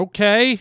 Okay